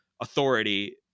authority